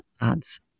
ads